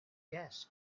gas